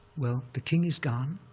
well, the king is gone.